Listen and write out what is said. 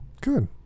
Good